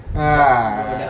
ah